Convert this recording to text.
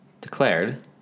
declared